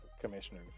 commissioner